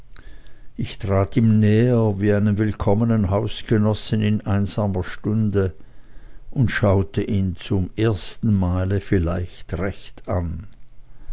ich trat ihm näher wie einem willkommenen hausgenossen in einsamer stunde und schaute ihn zum ersten male vielleicht recht an